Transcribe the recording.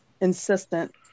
insistent